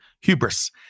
hubris